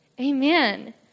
Amen